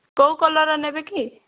କେଉଁ କଲର୍ର ନେବେ କି